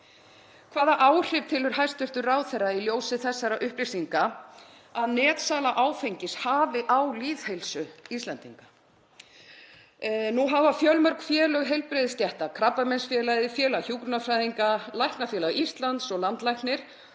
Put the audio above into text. Hvaða áhrif telur hæstv. ráðherra í ljósi þessara upplýsinga að netsala áfengis hafi á lýðheilsu Íslendinga? Nú hafa fjölmörg félög heilbrigðisstétta, Krabbameinsfélagið, Félag hjúkrunarfræðinga, Læknafélag Íslands og landlæknir,